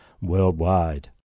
worldwide